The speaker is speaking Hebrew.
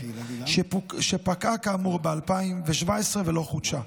שפקעה כאמור ב-2017 ולא חודשה.